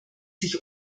sich